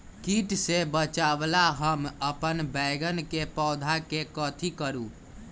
किट से बचावला हम अपन बैंगन के पौधा के कथी करू?